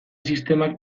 sistemak